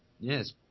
yes